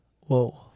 Whoa